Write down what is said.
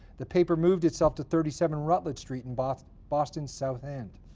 the paper moved itself to thirty seven rutledge street in boston's boston's south end.